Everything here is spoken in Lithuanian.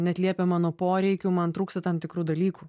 neatliepia mano poreikių man trūksta tam tikrų dalykų